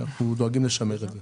אנחנו דואגים לשמר את זה.